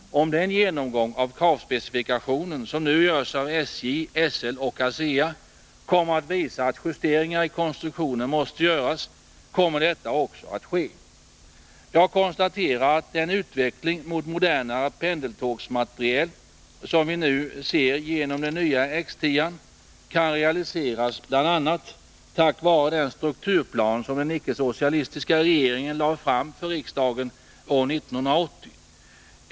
Om den genomgång av kravspecifikationen som nu görs av SJ, SL och ASEA kommer att visa att justeringar i konstruktionen måste göras, skall detta också ske. Jag konstaterar att den utveckling mot modernare pendeltågsmateriel som vi nu ser genom den nya X 10-an kan realiseras, bl.a. tack vare den strukturplan som den icke-socialistiska regeringen lade fram för riksdagen år 1980.